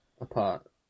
apart